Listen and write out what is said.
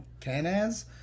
canas